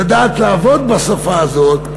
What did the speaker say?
לדעת לעבוד בשפה הזאת.